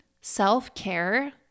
Self-care